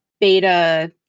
beta